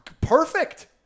Perfect